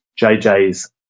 JJ's